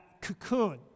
cocoon